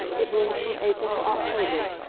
it blooms from april to october.